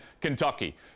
Kentucky